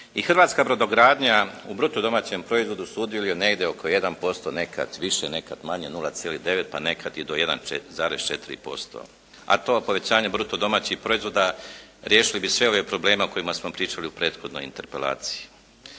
hrvatska brodogradnja u bruto domaćem proizvodu sudjeluje negdje oko 1%, nekad više, nekad manje 0,9 pa nekad i do 1,4%. A to povećanje bruto domaćeg proizvoda riješili bi sve ove probleme o kojima smo pričali u prethodnoj interpelaciji.